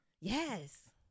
Yes